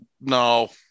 no